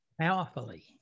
powerfully